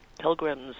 pilgrims